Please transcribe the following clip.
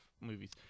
movies